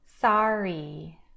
sorry